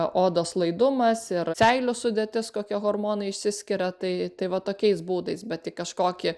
odos laidumas ir seilių sudėtis kokie hormonai išsiskiria tai tai va tokiais būdais bet į kažkokį